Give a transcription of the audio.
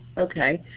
okay.